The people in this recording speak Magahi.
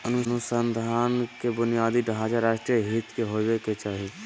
अनुसंधान के बुनियादी ढांचा राष्ट्रीय हित के होबो के चाही